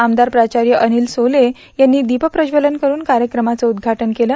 आमदार प्राचार्य अनिल सोले यांनी दीप्रज्वतन करून कार्यक्रमार्च उद्दघाटन केलं